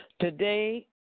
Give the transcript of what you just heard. Today